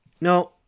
no